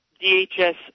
DHS